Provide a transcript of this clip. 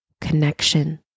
connection